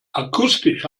akustisch